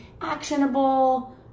actionable